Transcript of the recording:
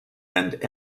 and